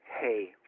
hey